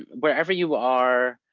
wherever you are,